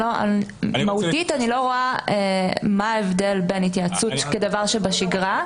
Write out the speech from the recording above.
מהותית אני לא רואה מה ההבדל בין התייעצות כדבר שבשגרה,